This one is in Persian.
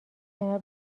کنار